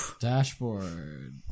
Dashboard